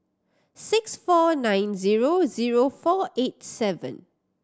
six four nine zero zero four eight seven